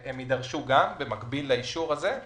הם יידרשו במקביל לאישור הזה,